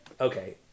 okay